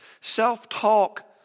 Self-talk